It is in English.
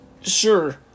sure